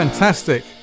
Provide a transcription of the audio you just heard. fantastic